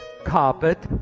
Carpet